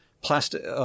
Plastic –